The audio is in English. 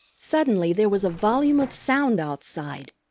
suddenly there was a volume of sound outside,